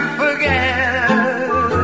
forget